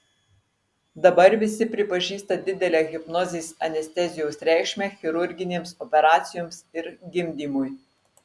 dabar visi pripažįsta didelę hipnozės anestezijos reikšmę chirurginėms operacijoms ir gimdymui